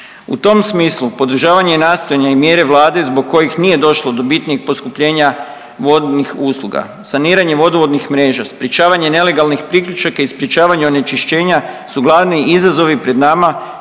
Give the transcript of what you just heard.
U tom smislu podržavanje nastojanja i mjere Vlade zbog kojih nije došlo do bitnijih poskupljenja vodnih usluga, saniranje vodovodnih mreža, sprječavanje nelegalnih priključaka i sprječavanje onečišćenja su glavni izazovi pred nama